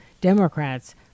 Democrats